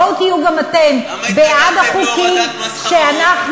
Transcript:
בואו תהיו גם אתם בעד החוקים שאנחנו,